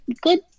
good